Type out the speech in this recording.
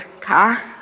car